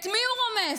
את מי הוא רומס?